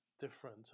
different